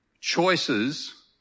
choices